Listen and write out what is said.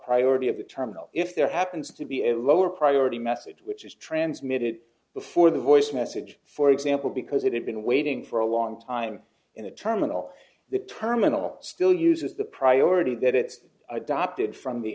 priority of the terminal if there happens to be a lower priority message which is transmitted before the voice message for example because it had been waiting for a long time in the terminal the terminal still uses the priority that it adopted from the